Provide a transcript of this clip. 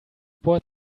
what